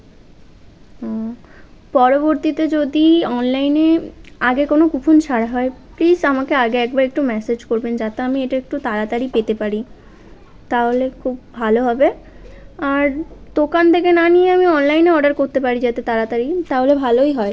ও পরবর্তীতে যদি অনলাইনে আগে কোনো কুপন ছাড়া হয় প্লিস আমাকে আগে একবার একটু ম্যাসেজ করবেন যাতে আমি এটা একটু তাড়াতাড়ি পেতে পারি তাহলে খুব ভালো হবে আর দোকান থেকে না নিয়ে আমি অনলাইনে অর্ডার করতে পারি যাতে তাড়াতাড়ি তাহলে ভালোই হয়